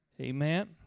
Amen